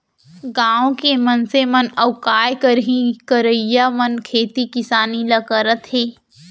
गॉंव के मनसे मन अउ काय करहीं करइया मन खेती किसानी ल करत हें